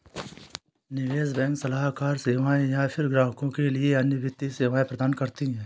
निवेश बैंक सलाहकार सेवाएँ या फ़िर ग्राहकों के लिए अन्य वित्तीय सेवाएँ प्रदान करती है